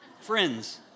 Friends